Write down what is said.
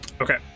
Okay